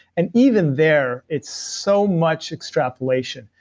and even there it's so much extrapolation.